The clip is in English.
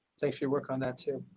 thanks your work on that too.